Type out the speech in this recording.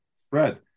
spread